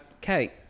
Kate